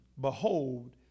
behold